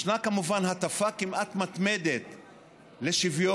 ישנה כמובן הטפה כמעט מתמדת לשוויון,